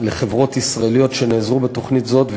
של חברות ישראליות שנעזרו בתוכנית הזאת,